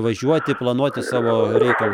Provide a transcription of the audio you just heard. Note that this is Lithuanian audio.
važiuoti planuoti savo reikalus